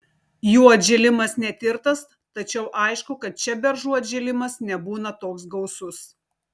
jų atžėlimas netirtas tačiau aišku kad čia beržų atžėlimas nebūna toks gausus